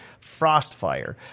Frostfire